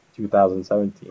2017